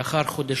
לאחר חודשים,